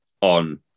on